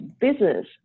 business